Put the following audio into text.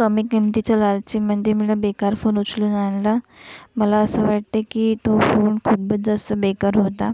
कमी किमतीच्या लालचीमध्ये मला बेकार फोन उचलून आणला मला असं वाटते की तो फोन खूपच जास्त बेकार होता